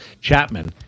Chapman